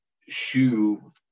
shoe